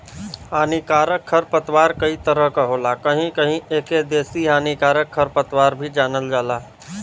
हानिकारक खरपतवार कई तरह क होला कहीं कहीं एके देसी हानिकारक खरपतवार भी जानल जाला